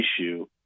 issue